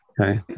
Okay